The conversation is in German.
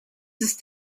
ist